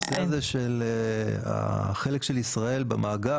הנושא הזה של החלק של ישראל במאגר